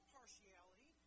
partiality